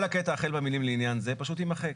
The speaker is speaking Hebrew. כל הקטע החל במילים "לעניין זה" פשוט יימחק.